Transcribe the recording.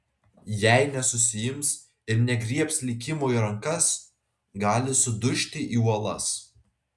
jei nesusiims ir negriebs likimo į rankas gali sudužti į uolas